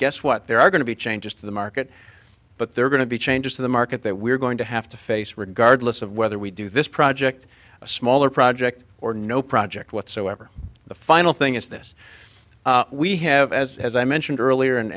guess what there are going to be changes to the market but there are going to be changes to the market that we're going to have to face regardless of whether we do this project a smaller project or no project whatsoever the final thing is this we have as as i mentioned earlier and